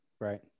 right